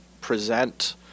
present